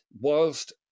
whilst